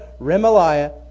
Remaliah